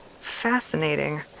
Fascinating